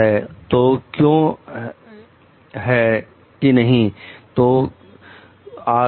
है तो क्यों है नहीं है तो क्यों नहीं है